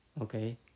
okay